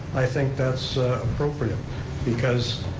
i think that's appropriate because,